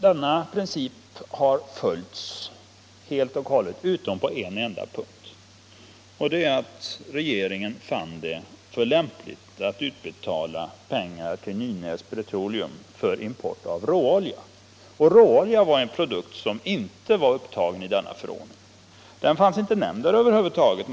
Den principen följdes också helt och hållet med undantag för en enda punkt, nämligen den att regeringen fann det så lämpligt att utbetala pengar till AB Nynäs Petroleum för import av råolja. Det var nämligen en produkt som inte var upptagen i denna förordning. Den fanns inte nämnd där över huvud taget.